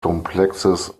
komplexes